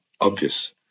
obvious